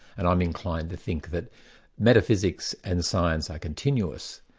and i'm inclined to think that metaphysics and science are continuous,